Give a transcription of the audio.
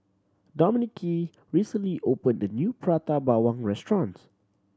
Dominique recently opened a new Prata Bawang restaurant